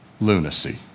lunacy